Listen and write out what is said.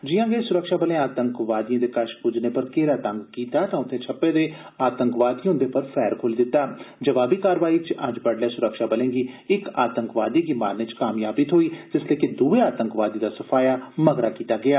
जिआं गै सुरक्षा बलें आतंकवादिएं दे कश पुज्जने पर घेरा तंग कीता तां उत्थें छप्पे दे आतंकवादिएं उंदे पर फैर खोली दित्ता जवाबी कारवाई च अज्ज बडलै सुरक्षाबलें गी इक आतंकवादी गी मारने च कामयाबी थ्होई जिसलै कि दुए आतंकवादी दा सफाया मगरा कीता गेआ